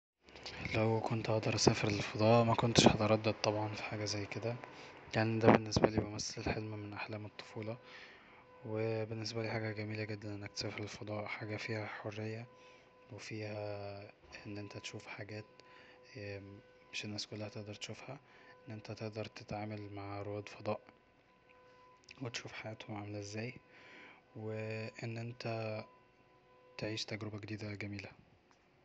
"لو كنت اسافر للفضاء مكنتش هتردد طبعا في حاجة زي كده يعني دا بالنسبالي يمثل حلم من احلام الطفوله وبالنسبالي حاجة جميلة جدا انك تسافر الفضاء حاجة فيها حرية وفيها أن انت تشوف حاجات مش الناس كلها تقدر تشوفها أن انت تقدر تتعامل مع رواد فضاء وتشوف حياتهم عاملة ازاي و أن انت تعيش تجربة جديدة جميلة"